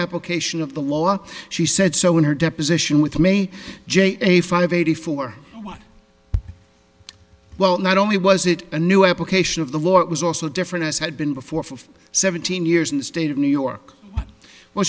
application of the law she said so in her deposition with me j a five eighty four well not only was it a new application of the law it was also different as had been before for seventeen years in the state of new york well